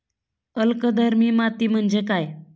अल्कधर्मी माती म्हणजे काय?